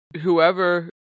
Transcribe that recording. whoever